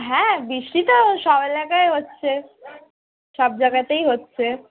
হ্যাঁ বৃষ্টি তো সব এলাকায় হচ্ছে সব জায়গাতেই হচ্ছে